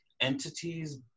entities